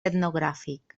etnogràfic